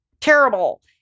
terrible